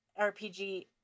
RPG